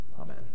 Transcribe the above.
Amen